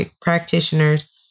practitioners